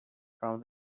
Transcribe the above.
from